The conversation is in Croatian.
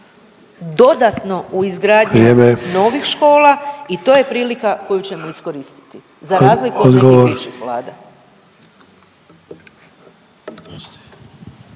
Sanader: Vrijeme./… novih škola i to je prilika koju ćemo iskoristiti. Za razliku od nekih bivših Vlada.